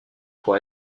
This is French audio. pour